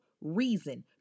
reason